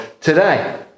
today